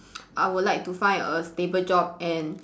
I would like to find a stable job and